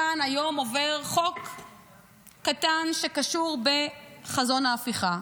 עובר כאן היום חוק קטן שקשור בחזון ההפיכה,